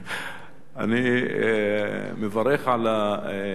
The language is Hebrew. אני מברך על הדיון,